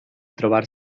trobar